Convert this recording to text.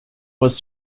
was